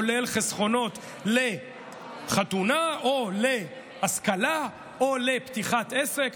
כולל חסכונות לחתונה או להשכלה או לפתיחת עסק,